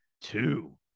two